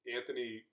Anthony